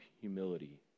humility